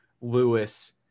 Lewis